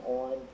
on